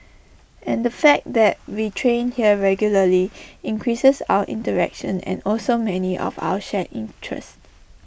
and the fact that we train here regularly increases our interaction and also many of our shared interests